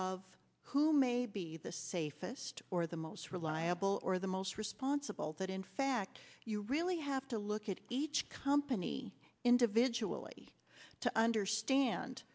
of who may be the safest or the most reliable or the most responsible but in fact you really have to look at each company individually to understand